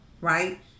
right